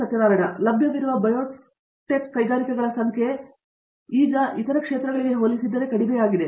Satyanarayana N Gummadi ಆದ್ದರಿಂದ ಲಭ್ಯವಿರುವ biotech ಕೈಗಾರಿಕೆಗಳ ಸಂಖ್ಯೆ ಈಗ ಇತರ ಕ್ಷೇತ್ರಗಳಿಗೆ ಹೋಲಿಸಿದರೆ ಕಡಿಮೆಯಾಗಿದೆ